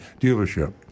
dealership